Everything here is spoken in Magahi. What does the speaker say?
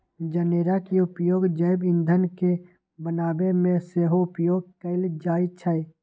जनेरा के उपयोग जैव ईंधन के बनाबे में सेहो उपयोग कएल जाइ छइ